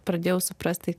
pradėjau suprasti